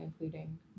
including